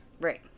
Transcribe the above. Right